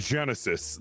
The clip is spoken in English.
Genesis